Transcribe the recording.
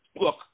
look